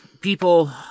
people